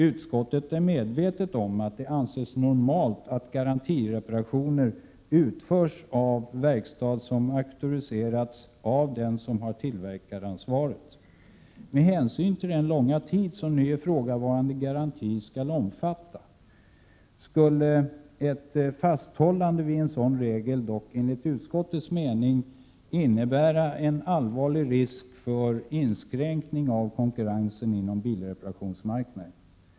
Utskottet är medvetet om att det anses normalt att garantireparationer utförs av verkstad som auktoriserats av den som har tillverkaransvaret. Med hänsyn till den långa tid som nu ifrågavarande garanti skall omfatta skulle ett fasthållande vid en sådan regel dock enligt utskottets mening innebära en allvarlig risk för inskränkning av konkurrensen inom bilreparationsmarknaden.